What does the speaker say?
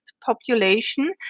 population